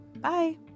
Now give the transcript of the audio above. Bye